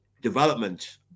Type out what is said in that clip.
development